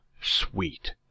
sweet